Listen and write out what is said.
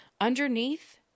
underneath